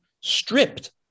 stripped